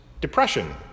depression